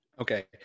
Okay